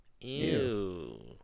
Ew